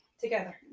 Together